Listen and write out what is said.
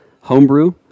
Homebrew